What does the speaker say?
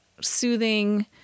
soothing